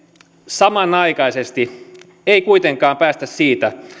samanaikaisesti ei kuitenkaan päästä siitä